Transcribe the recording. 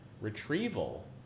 retrieval